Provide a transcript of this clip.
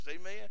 Amen